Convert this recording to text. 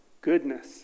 goodness